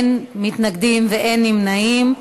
אין מתנגדים ואין נמנעים,